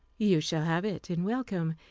you shall have it in welcome.